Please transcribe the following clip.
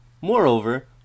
Moreover